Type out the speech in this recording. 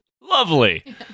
Lovely